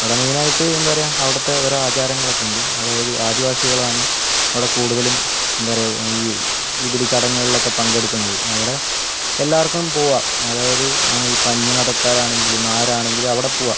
അവിടെ മെയിനായിട്ട് എന്ത്പറയാ അവിടുത്തെ ഓരോ ആചാരങ്ങളൊക്കെയുണ്ട് അതായത് ആദിവാസികളാണ് അവിടെ കൂടുതലും എന്ത് പറയുക ഈ ഇതില് ചടങ്ങുകളിലൊക്കെ പങ്കെടുക്കുന്നത് അവിടെ എല്ലാർക്കും പോവാം അതായത് അന്യമതക്കാരാണെങ്കിലും ആരാണെങ്കിലും അവിടെ പോവാം